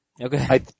Okay